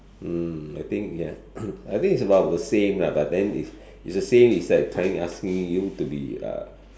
mm I think ya I think is about the same lah but then it's it's the same is like trying asking you to be a